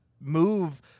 move